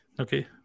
Okay